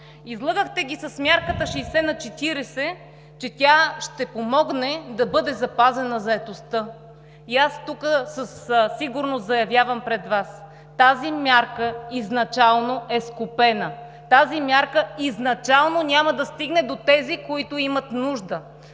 Излъгахте ги с мярката 60 на 40, че тя ще помогне да бъде запазена заетостта. И аз тук със сигурност заявявам пред Вас: тази мярка изначално е скопена, тази мярка изначално няма да стигне до тези, които имат нужда!